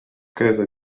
käse